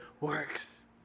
works